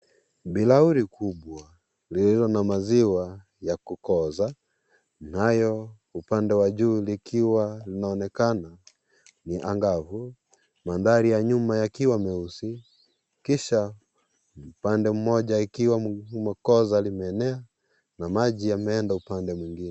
Bilauri kubwa lililo na maziwa ya kukoza nayo upande wa juu likiwa linaonekana ni angavu. Mandhari ya nyuma yakiwa meusi kisha upande mmoja ikiwa mgumu koza limeenea na maji yameenda upande mwingine.